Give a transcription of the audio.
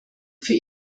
für